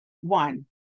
one